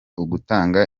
ugutanga